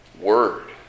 word